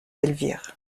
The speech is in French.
elvire